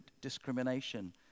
discrimination